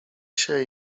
się